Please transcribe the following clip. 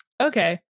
okay